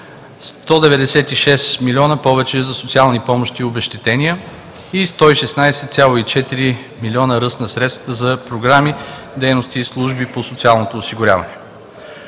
196 млн. лв. повече за социални помощи и обезщетения и 116,4 млн. лв. ръст на средствата за програми, дейности и служби по социалното осигуряване.